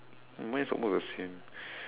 mine is almost the same